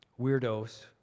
weirdos